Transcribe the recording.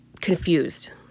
confused